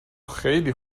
خیلی